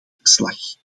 verslag